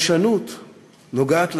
ביישנות נוגעת ללב,